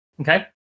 Okay